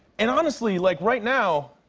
and, honestly, like, right now,